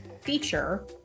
feature